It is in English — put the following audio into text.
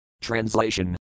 Translation